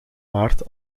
waard